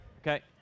okay